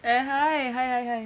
like hi hi hi hi